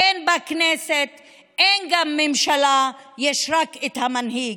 אין בה כנסת, אין גם ממשלה, יש רק את המנהיג.